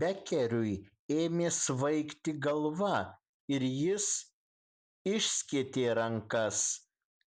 bekeriui ėmė svaigti galva ir jis išskėtė rankas